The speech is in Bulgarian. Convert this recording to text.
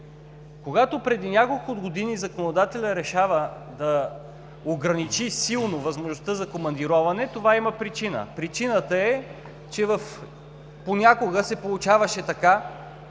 Когато преди няколко години законодателят решава да ограничи силно възможността за командироване, това има причина. Причината е, че понякога се получаваше така,